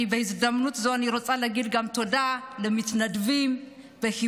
בהזדמנות זו אני רוצה גם להגיד תודה למתנדבים בחיפוש.